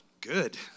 good